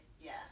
Yes